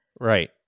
Right